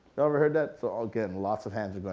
ever heard that? so all good, lots of hands going